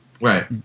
Right